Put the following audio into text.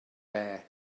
bare